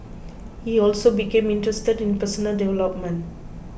he also became interested in personal development